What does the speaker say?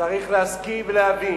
צריך להשכיל ולהבין,